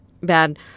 bad